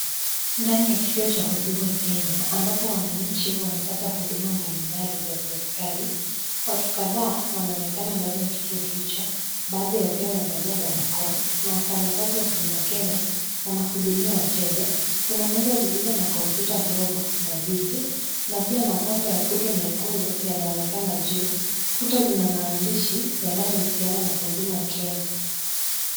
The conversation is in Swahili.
Ndani ya kituo cha Huduma Kenya ambapo wananchi wanapata huduma mbalimbali za serikali. Watu kadhaa wanaonekana ndani ya kituo hicho, baadhi wakiwa wamevalia barakoa na wafanyakazi wa Huduma Kenya wanahudumia wateja. Kuna meza zilizo na kompyuta ndogo na viti na pia mapambo ya puto nyekundu yanaonekana juu. Kuta zina maandishi yanayohusiana na Huduma Kenya.